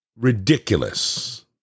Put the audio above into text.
Ridiculous